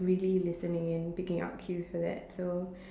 really listening in picking out cues for that so